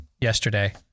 yesterday